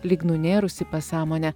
lyg nunėrus į pasąmonę